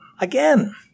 again